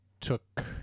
took